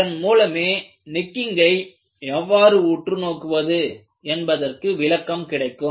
அதன் மூலமே நெக்கிங்கை எவ்வாறு உற்று நோக்குவது என்பதற்கு விளக்கம் கிடைக்கும்